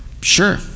Sure